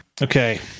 Okay